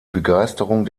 begeisterung